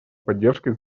поддержкой